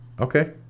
Okay